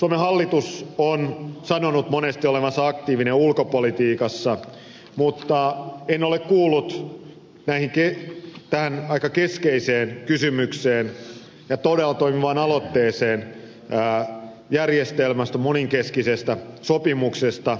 suomen hallitus on sanonut monesti olevansa aktiivinen ulkopolitiikassa mutta en ole kuullut mikä on hallituksen kanta tähän aika keskeiseen kysymykseen ja todella toimivaan aloitteeseen järjestelmästä monenkeskisestä sopimuksesta